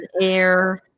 air